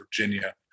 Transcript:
Virginia